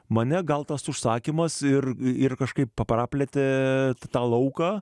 mane gal tas užsakymas ir ir kažkaip praplėtė tą lauką